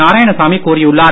நாராயாணசாமி கூறியுள்ளார்